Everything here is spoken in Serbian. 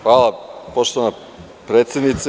Hvala, poštovana predsednice.